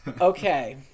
okay